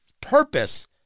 purpose